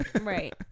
Right